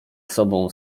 sobą